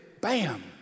bam